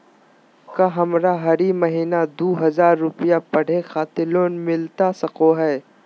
का हमरा हरी महीना दू हज़ार रुपया पढ़े खातिर लोन मिलता सको है?